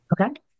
Okay